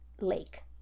lake